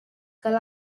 cal